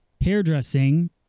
hairdressing